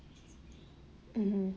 mmhmm